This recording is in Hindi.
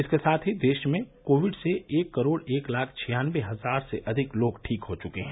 इसके साथ ही देश में कोविड से एक करोड़ एक लाख छियानवे हजार से अधिक लोग ठीक हो चुके हैं